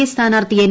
A സ്ഥാനാർത്ഥി N